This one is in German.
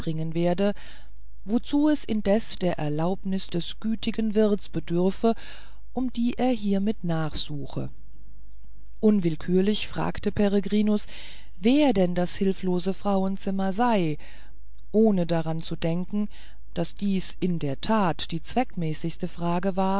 werde wozu es indessen der erlaubnis des gütigen wirts bedürfe um die er hiemit ansuche unwillkürlich fragte peregrinus wer denn das hilflose frauenzimmer sei ohne daran zu denken daß dies in der tat die zweckmäßigste frage war